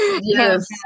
Yes